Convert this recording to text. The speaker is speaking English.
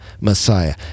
Messiah